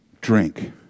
drink